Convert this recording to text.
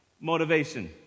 motivation